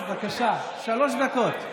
בבקשה, שלוש דקות.